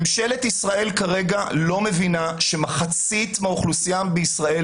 ממשלת ישראל כרגע לא מבינה שמחצית מהאוכלוסייה בישראל